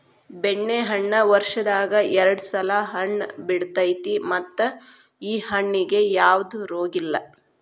ಬೆಣ್ಣೆಹಣ್ಣ ವರ್ಷದಾಗ ಎರ್ಡ್ ಸಲಾ ಹಣ್ಣ ಬಿಡತೈತಿ ಮತ್ತ ಈ ಹಣ್ಣಿಗೆ ಯಾವ್ದ ರೋಗಿಲ್ಲ